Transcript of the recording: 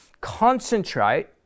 concentrate